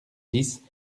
dix